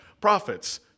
profits